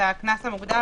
את הקנס המוגדל,